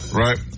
right